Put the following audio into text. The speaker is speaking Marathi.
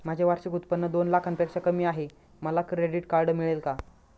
माझे वार्षिक उत्त्पन्न दोन लाखांपेक्षा कमी आहे, मला क्रेडिट कार्ड मिळेल का?